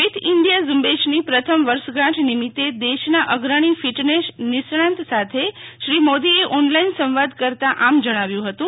ડીટ India ઝબેશની પ્રથમ વર્ષગાંઠ નિમિતે દેશના અગ્રણી ફિટનેશ નિષ્ણાંત સાથે શ્રી મોદીએ ઓનલાઈન સંવાદ કરતાં આમ જણાવ્યું હતું